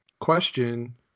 question